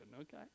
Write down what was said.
okay